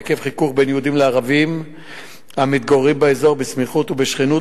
עקב חיכוך בין יהודים לערבים המתגוררים באזור בסמיכות ובשכנות,